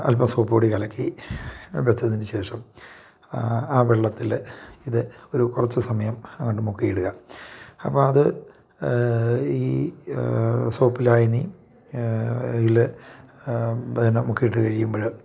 അൽപം സോപ്പ് പൊടി കലക്കി വച്ചതിന് ശേഷം ആ വെള്ളത്തിൽ ഇത് ഒരു കുറച്ചു സമയം അങ്ങോട്ട് മുക്കി ഇടുക അപ്പം അത് ഈ സോപ്പ് ലായനിയിൽ പിന്നെ മുക്കിയിട്ട് കഴിയുമ്പോൾ